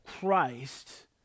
Christ